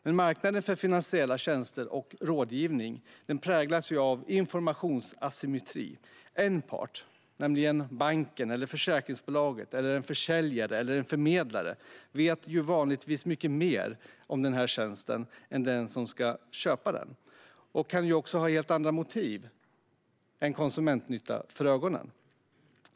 Men marknaden för finansiella tjänster och rådgivning präglas av informationsasymmetri. En part nämligen banken, försäkringsbolaget, en försäljare eller förmedlare vet vanligtvis mycket mer om tjänsten än den som ska köpa den och kan ha helt andra motiv än konsumentnytta för ögonen.